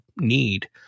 need